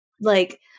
Like-